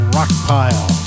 Rockpile